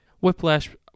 Whiplash